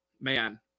Man